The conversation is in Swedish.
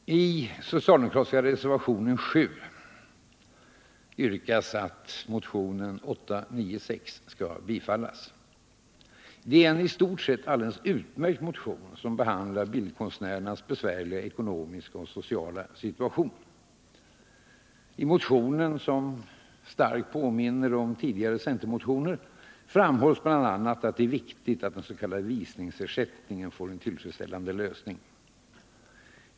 Det är en i stort sett alldeles utmärkt motion, som behandlar bildkonstnärernas besvärliga ekonomiska och sociala situation. I motionen, som starkt påminner om tidigare centermotioner, framhålls bl.a. att det är viktigt att den s.k. visningsersättningen får en tillfredsställande lösning.